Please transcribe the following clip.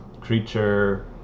creature